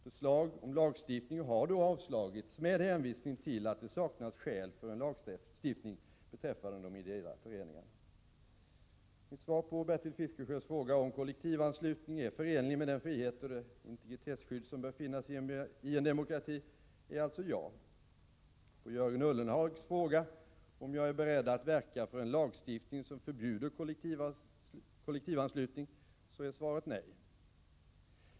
Förslag om lagstiftning har då avslagits med hänvisning till att det saknas skäl för en lagstiftning beträffande de ideella föreningarna. Mitt svar på Bertil Fiskesjös fråga, om kollektivanslutning är förenlig med den frihet och det integritetsskydd som bör finnas i en demokrati, är alltså ja. På Jörgen Ullenhags fråga, om jag är beredd att verka för en lagstiftning som förbjuder kollektivanslutning, är svaret nej.